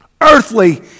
earthly